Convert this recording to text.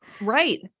Right